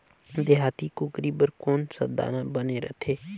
देहाती कुकरी बर कौन सा दाना बने रथे?